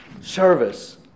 Service